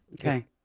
okay